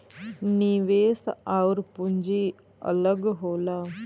निवेश आउर पूंजी अलग होला